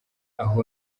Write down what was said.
aho